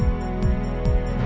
and